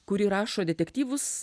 kuri rašo detektyvus